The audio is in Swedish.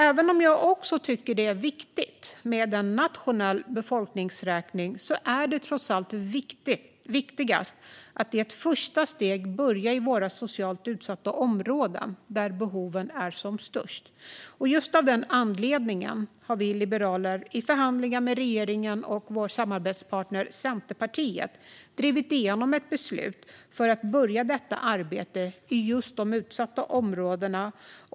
Även om jag också tycker att det är viktigt med en nationell befolkningsräkning är det trots allt viktigast att i ett första steg börja i våra socialt utsatta områden, där behoven är som störst. Just av den anledningen har vi liberaler i förhandlingar med regeringen och vår samarbetspartner Centerpartiet drivit igenom ett beslut för att börja detta arbete i just de utsatta områdena.